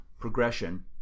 progression